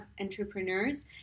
entrepreneurs